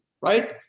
right